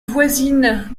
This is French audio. voisine